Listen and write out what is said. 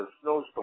snowstorm